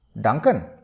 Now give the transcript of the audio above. Duncan